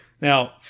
Now